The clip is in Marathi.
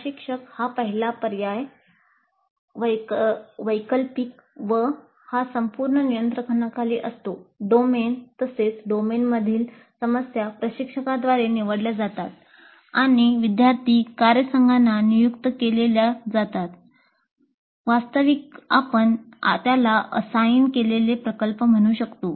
प्रशिक्षक हा पहिला पर्याय वैकल्पिक केलेले प्रकल्प म्हणू शकतो